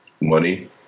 money